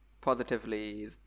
positively